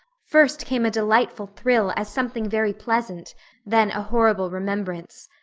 first came a delightful thrill, as something very pleasant then a horrible remembrance.